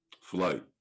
Flight